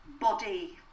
body